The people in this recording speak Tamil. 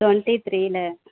டுவெண்டி த்ரீயில